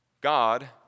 God